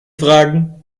fragen